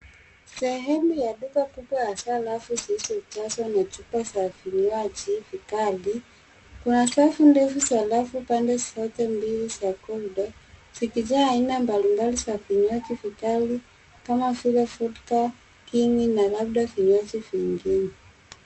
Sehemu ya duka kubwa hasa rafu zilizojazwa na chupa za vinywaji vikali. Kuna safu ndefu za rafu pande zote mbili za corridor zikijaa aina mbalimbali za vinywaji vikali kama vile Vodka, king'i na labda vinywaji vingine.